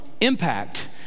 impact